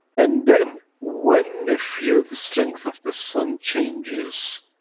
and then, when the field-strength of the sun changes,